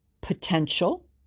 potential